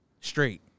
Straight